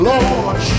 Lord